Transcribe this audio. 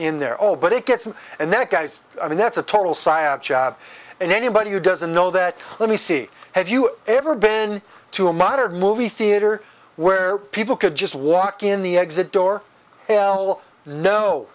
in there all but it gets and that guy's i mean that's a total cya job and anybody who doesn't know that let me see have you ever been to a modern movie theater where people could just walk in the exit door